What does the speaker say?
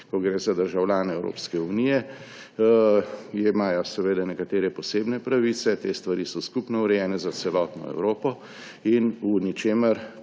Ko gre za državljane Evropske unije, imajo nekatere posebne pravice, te stvari so skupno urejene za celotno Evropo in v ničemer